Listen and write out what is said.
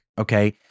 okay